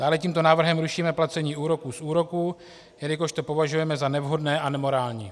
Dále tímto návrhem rušíme placení úroků z úroků, jelikož to považujeme za nevhodné a nemorální.